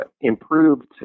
improved